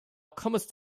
comest